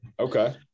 Okay